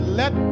let